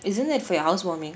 isn't that for your housewarming